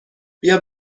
بیا